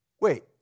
Wait